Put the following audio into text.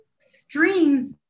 streams